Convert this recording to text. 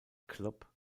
club